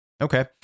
Okay